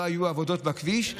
לא היו עבודות בכביש.